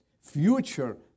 future